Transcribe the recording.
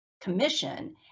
commission